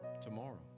tomorrow